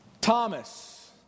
Thomas